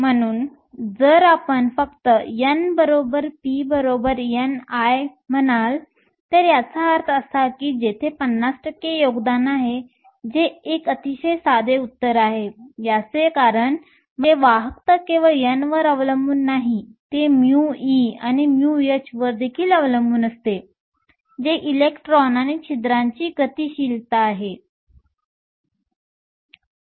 म्हणून जर आपण फक्त n p ni म्हणाल तर याचा अर्थ असा की तेथे 50 टक्के योगदान आहे जे एक अतिशय साधे उत्तर आहे याचे कारण म्हणजे वाहकता केवळ n वर अवलंबून नाही ते μe आणि μh वर देखील अवलंबून असते जे इलेक्ट्रॉन आणि छिद्रांची गतिशीलता आहे